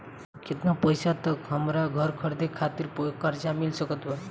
केतना पईसा तक हमरा घर खरीदे खातिर कर्जा मिल सकत बा?